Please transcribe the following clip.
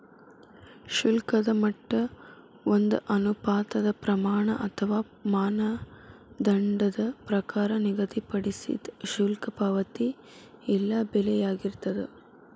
ಶುಲ್ಕದ ಮಟ್ಟ ಒಂದ ಅನುಪಾತದ್ ಪ್ರಮಾಣ ಅಥವಾ ಮಾನದಂಡದ ಪ್ರಕಾರ ನಿಗದಿಪಡಿಸಿದ್ ಶುಲ್ಕ ಪಾವತಿ ಇಲ್ಲಾ ಬೆಲೆಯಾಗಿರ್ತದ